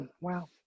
Wow